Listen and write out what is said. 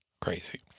Crazy